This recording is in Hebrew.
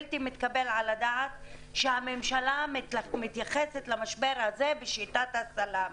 בלתי-מתקבל על הדעת שהממשלה מתייחסת למשבר הזה בשיטת הסלאמי.